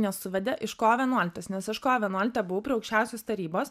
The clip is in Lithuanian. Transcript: nesuvedė iš kovo vienuoliktos nes aš kovo vienuoliktą buvau prie aukščiausios tarybos